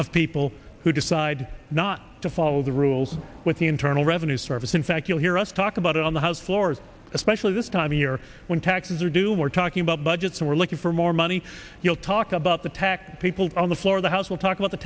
of people who decide not to follow the rules with the internal revenue service in fact you'll hear us talk about it on the house floor especially this time of year when taxes are due we're talking about budgets we're looking for more money you'll talk about the tack people on the floor of the house will talk